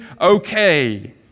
okay